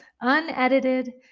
unedited